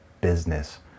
business